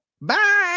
Bye